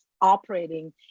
operating